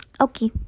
Okay